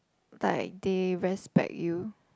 like they respect you